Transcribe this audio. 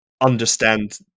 understand